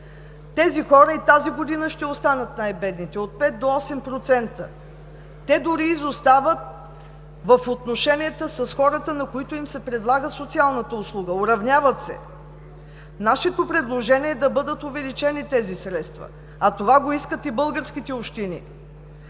тези хора и тази година ще останат най-бедните – от 5 до 8%. Те дори изостават в отношенията с хората, на които им се предлага социалната услуга, уравняват се. Нашето предложение е да бъдат увеличени тези средства, а това го искат и българските общини.